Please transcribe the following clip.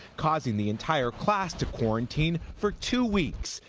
causing the entire class to quarantine for two weeks.